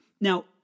Now